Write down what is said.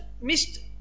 missed